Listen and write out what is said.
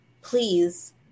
please